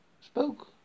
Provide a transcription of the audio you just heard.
spoke